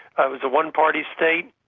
ah it was a one-party state.